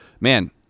man